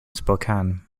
spokane